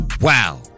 Wow